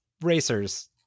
racers